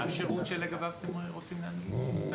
מה השירות שלגביו אתם רוצים להנגיש?